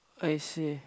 I see